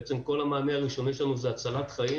כל המענה הראשוני שלנו זה הצלת חיים